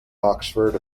oxford